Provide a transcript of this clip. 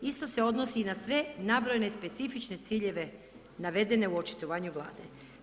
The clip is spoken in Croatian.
Isto se odnosi i na sve nabrojene specifične ciljeve navedene u očitovanju Vlade.